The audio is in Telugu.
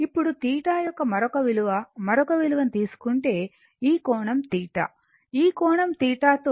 ఇప్పుడు θ యొక్క మరొక విలువ మరొక విలువను తీసుకుంటే ఈ కోణం θ ఈ కోణం θ తో A B Im sin θ కి సమానం